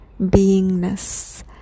beingness